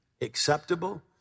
acceptable